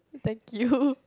thank you